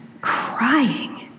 crying